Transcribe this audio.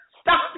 Stop